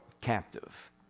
captive